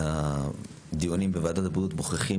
הדיונים בוועדת הבריאות מוכיחים